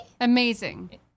amazing